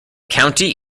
county